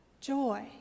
joy